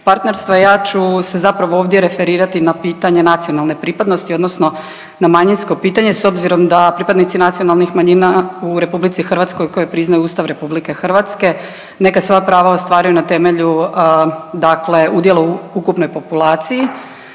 ja ću se zapravo ovdje referirati na pitanje nacionalne pripadnosti, odnosno na manjinsko pitanje s obzirom da pripadnici nacionalnih manjina u Republici Hrvatskoj koji priznaju Ustav Republike Hrvatske neka svoja prava ostvaruju na temelju, dakle udjela u ukupnoj populaciji.